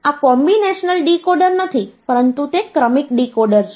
તેથી આ combinational decoder નથી પરંતુ તે ક્રમિક ડીકોડર છે